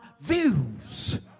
views